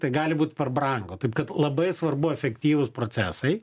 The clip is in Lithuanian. tai gali būt per brangu taip kad labai svarbu efektyvūs procesai